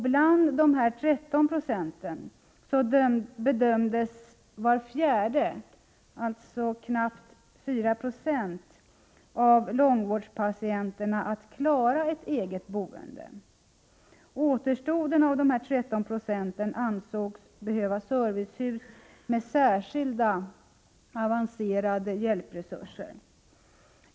Bland dessa 13 9 bedömdes var fjärde, alltså knappt 4 96, av långvårdspatienterna vara kapabla att klara ett eget boende. Återstoden av de 13 procenten ansågs behöva servicehus med särskilt avancerade hjälpresurser.